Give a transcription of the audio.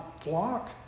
flock